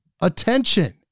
Attention